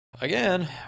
again